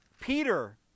Peter